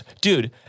Dude